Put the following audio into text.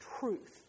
truth